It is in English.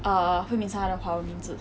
err hui min 是他的华文名字